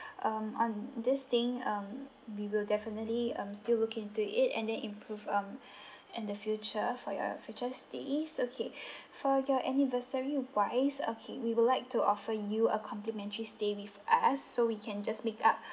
um on this thing um we will definitely um still look into it and then improve um in the future for your future stay so okay for your anniversary wise okay we would like to offer you a complimentary stay with us so we can just make up